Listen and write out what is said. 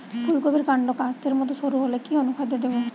ফুলকপির কান্ড কাস্তের মত সরু হলে কি অনুখাদ্য দেবো?